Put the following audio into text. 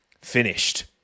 finished